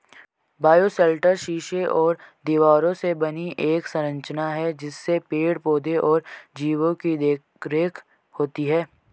bioshelter शीशे और दीवारों से बनी एक संरचना है जिसमें पेड़ पौधे और जीवो की देखरेख होती है